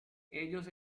ellos